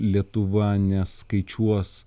lietuva neskaičiuos